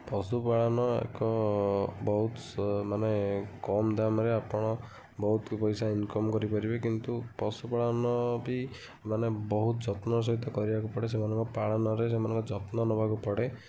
ପଶୁ ପାଳନ ଏକ ବହୁତ ସ ମାନେ କମ୍ ଦାମ୍ରେ ଆପଣ ବହୁତ ପଇସା ଇନକମ୍ କରିପାରିବେ କିନ୍ତୁ ପଶୁ ପାଳନ ବି ମାନେ ବହୁତ ଯତ୍ନର ସହିତ କରିବାକୁ ପଡ଼େ ସେମାନଙ୍କ ପାଳନରେ ସେମାନଙ୍କ ଯତ୍ନ ନେବାକୁ ପଡ଼େ